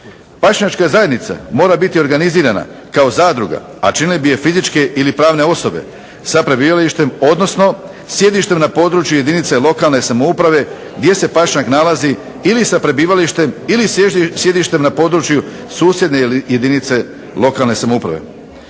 Pašnjačka zajednica mora biti organizirana kao zadruga, a činile bi je fizičke i pravne osobe sa prebivalištem odnosno sjedištem na području jedinice područne samouprave gdje se pašnjak nalazi ili sa prebivalištem ili sjedištem na području susjedne jedinice lokalne samouprave.